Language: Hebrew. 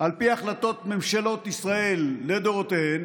על פי החלטות ממשלות ישראל לדורותיהן,